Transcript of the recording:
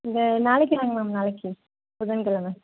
இந்த நாளைக்கு வாங்க மேம் நாளைக்கு புதன் கிழமை